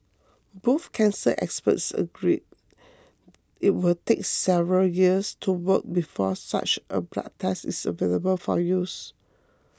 both cancer experts agree it will take several years to work before such a blood test is available for use